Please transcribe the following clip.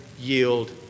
yield